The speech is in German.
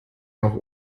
noch